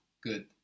Good